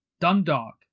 Dundalk